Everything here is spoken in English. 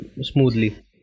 smoothly